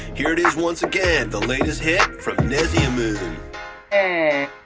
here it is once again the latest hit from nesyamun and